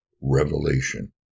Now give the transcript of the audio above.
revelation